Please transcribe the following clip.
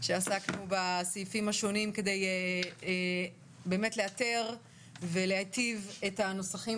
שעסקנו בסעיפים השונים כדי באמת לאתר ולהיטיב את הנוסחים